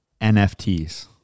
NFTs